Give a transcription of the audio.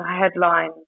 headline